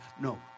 No